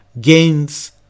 gains